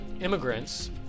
immigrants